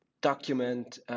document